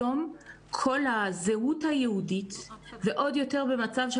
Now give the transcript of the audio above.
היום כל הזהות היהודית ועוד יותר במצב של